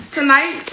Tonight